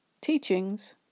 teachings